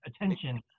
attention